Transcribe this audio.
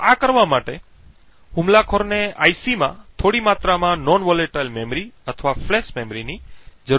તેથી આ કરવા માટે હુમલાખોરને આઈસી માં થોડી માત્રામાં નોન વોલેટાઇલ મેમરી અથવા ફ્લેશ મેમરીની જરૂર પડશે